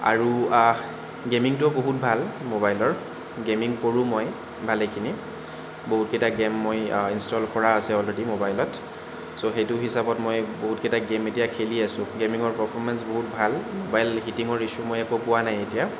আৰু গে'মিংটো বহুত ভাল ম'বাইলৰ গে'মিং কৰো মই ভালেখিনি বহুতকেইটা গেম মই ইনষ্টল কৰা আছে অলৰেদি ম'বাইলত ছ' সেইটো হিচাপত মই বহুত কেইটা গে'ম এতিয়া খেলি আছোঁ গে'মিঙৰ পাৰফৰমেন্স বহুত ভাল ম'বাইল হিটিঙৰ ইছ্যু মই একো পোৱা নাই এতিয়া